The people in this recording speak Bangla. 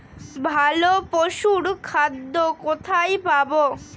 ভালো পশুর খাদ্য কোথায় পাবো?